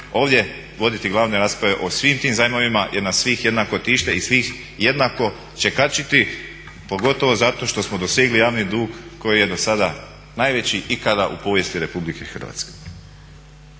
ovdje voditi glavne rasprave o svim tim zajmovima jer nas svih jednako tište i svih jednako će kačiti, pogotovo zato što smo dosegli javni dug koji je do sada najveći ikada u povijesti Republike Hrvatske.